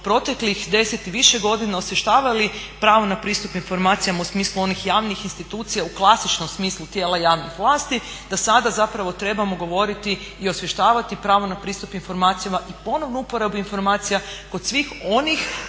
proteklih 10 i više godina osvještavali pravo na pristup informacijama u smislu onih javnih institucija u klasičnom smislu tijela javnih vlasti da sada zapravo trebamo govoriti i osvještavati pravo na pristup informacijama i ponovnu uporabu informacija kod svih onih